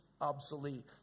obsolete